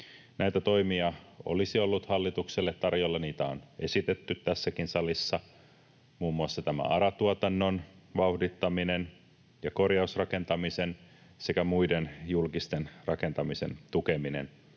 Näitä toimia olisi ollut hallitukselle tarjolla, niitä on esitetty tässäkin salissa, muun muassa tämä ARA-tuotannon vauhdittaminen ja korjausrakentamisen sekä muun julkisen rakentamisen tukeminen